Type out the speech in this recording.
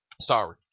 Sorry